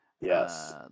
Yes